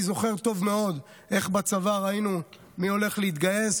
אני זוכר טוב מאוד איך בצבא ראינו מי הולך להתגייס